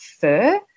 fur